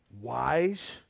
wise